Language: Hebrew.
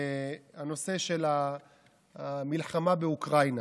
הנושא של המלחמה באוקראינה.